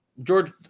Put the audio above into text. George